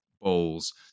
bowls